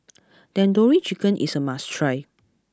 Tandoori Chicken is a must try